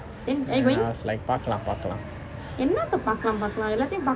then I was like பார்க்கலாம் பார்க்கலாம்:paarkalam paarkalaam